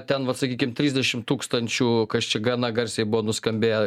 ten vat sakykim trisdešim tūkstančių kas čia gana garsiai buvo nuskambėję